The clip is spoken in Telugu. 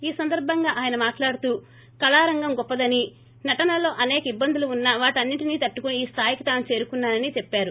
ఈ సందర్బంగా ఆయన మాట్లాడుతూ కళారంగం గొప్పదని నటనలో అసేక ఇబ్బందులు ఉన్నా వాటన్నింటినీ తట్టుకుని ఈ స్టాయికి తాను చేరుకున్నానని చెప్పారు